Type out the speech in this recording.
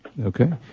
okay